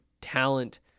talent